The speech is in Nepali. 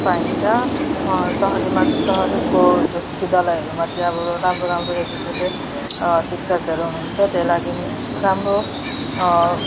पाइन्छ सहरीमा त सहरीको जस्तो विद्यालयमा चाहिँ अब राम्रो राम्रो एजुकेटेड शिक्षकहरू हुनुहुन्छ त्यही लागि राम्रो